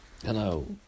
Hello